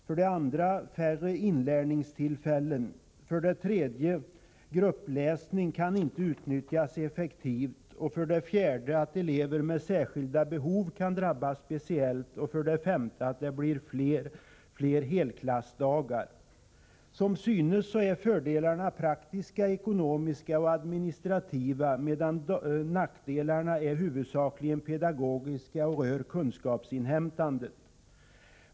För det andra blir det färre inlärningstillfällen. För det tredje kan gruppläsning inte utnyttjas effektivt. För det fjärde kan elever med särskilda behov drabbas speciellt, och för det femte blir det fler helklassdagar. Som synes är fördelarna av praktisk, ekonomisk och administrativ art medan nackdelarna huvudsakligen är av pedagogisk art och rör kunskapsinhämtandet.